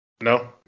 No